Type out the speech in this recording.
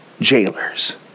jailers